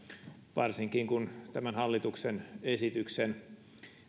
varsinkin kun tämän hallituksen esityksen